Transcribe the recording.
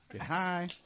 Hi